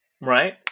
Right